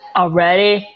already